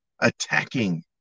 attacking